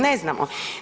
Ne znamo.